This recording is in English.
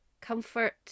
comfort